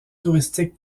touristique